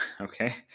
Okay